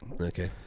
Okay